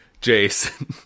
Jason